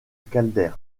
calder